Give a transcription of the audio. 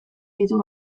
ditu